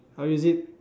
I'll use it